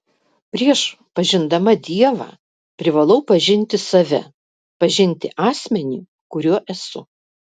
prieš pažindama dievą privalau pažinti save pažinti asmenį kuriuo esu